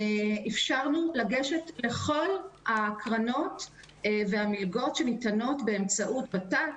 אפשרנו לגשת לכל הקרנות והמלגות שניתנות באמצעות ות"ת.